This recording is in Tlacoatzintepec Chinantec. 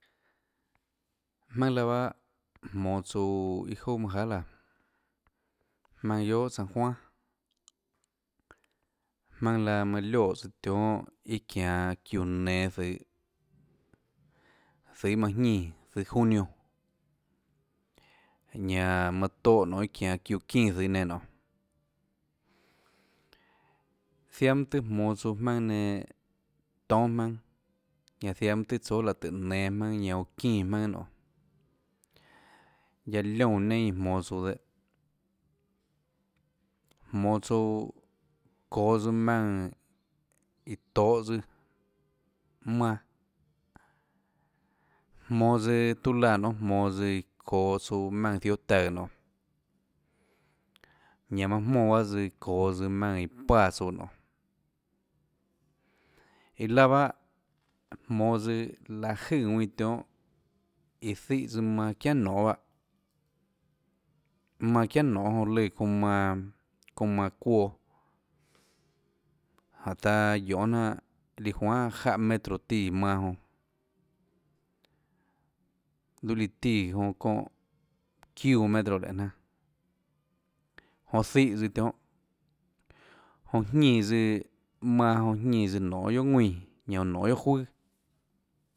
Jmaønâ laã bahâ jmonå tsouã iâ jouà manâ jahà laã jmaønâ guiohà san juan jmaønâ laã manã lioès tionhâ çianå çiúã nenå zøhå zøhå iâ manã ñínã zøhå junio ñanã manã tóhã nonê iâ çianå çiúã çínã zøhå nenã nonê ziaã mønâ tøê jmonå tsouã jmaønâ nenã toúnâ jmaønâ ñanã ziaã mønâ tøê tsóâ láhå tùhå nenå jmaønâ ñanã oå çínã jmaønâ nonê guiaâ liónã neinâ iã jmonå tsouã dehâ jmonå tsouã çoås maùnã iã tohå tsøã manã jmonå tsøã tiuâ laã nonê jmonå tsøã iã çoå maùnã ziohå taùå nonê ñanã manã jmónã bahâ tsøã çoå tsøã maùnã iã páã tsouã nonê iã laã bahâ jmonå tsøã láhå jøè ðuinã tionhâ iã zíhãs manã çiánà nonê bahâ manã çiánà nonê lùã çounã manã çounã manã çuoã jáhå taã guiohê jnanà líã juanhà jáhã metro tíã manã jonã luâ líã tíã jonã çóhå çiúã metro lenê jnanà jonã zíhå tsøã tionhâ jonã jñínã tsøã manã jonã jñínã nonê guiohà nguínã ñanã oå nonê guiohà juøà.